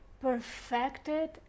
perfected